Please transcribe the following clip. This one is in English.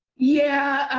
yeah.